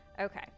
Okay